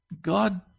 God